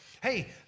Hey